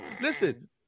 Listen